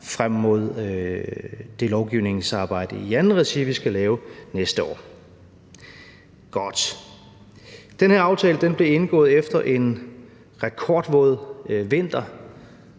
frem mod det lovgivningsarbejde i andet regi, vi skal lave næste år. Godt! Den her aftale blev indgået efter en rekordvåd vinter.